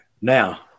Now